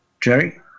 Jerry